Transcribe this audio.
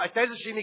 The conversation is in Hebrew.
היתה איזו מגבלה?